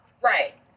Right